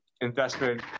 investment